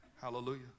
hallelujah